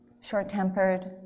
short-tempered